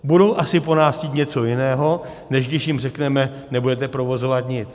Budou asi po nás chtít něco jiného, než když jim řekneme: nebudete provozovat nic.